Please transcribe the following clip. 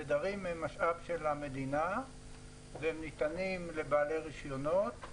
התדרים הם משאב של המדינה והם ניתנים לבעלי רישיונות,